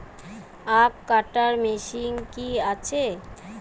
আখ কাটা মেশিন কি আছে?